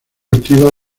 activa